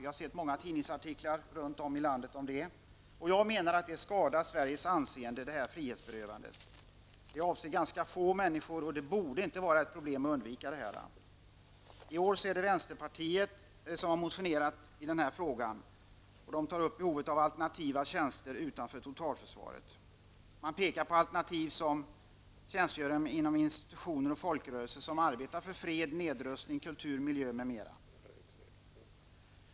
Vi har sett många tidningsartiklar om det runt om i landet. Jag menar att detta frihetsberövande skadar Sveriges anseende. Det avser ganska få människor, och att undvika det borde inte vara något problem. I år är det vänsterpartiet som har motionerat i den här frågan. De tar upp behovet av alternativa tjänster utanför totalförsvaret. Man pekar på alternativ som tjänstgöring inom institutioner och folkrörelser som arbetar för fred, nedrustning, kultur, miljö, m.m.